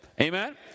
Amen